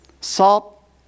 Salt